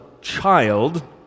child